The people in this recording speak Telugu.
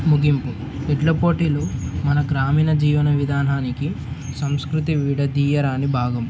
ముగింపు ఎడ్ల పోటీలు మన గ్రామీణ జీవన విధానానికి సంస్కృతి విడదీయరాని భాగం